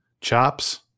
chops